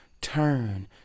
Turn